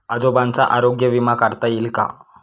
आजोबांचा आरोग्य विमा काढता येईल का?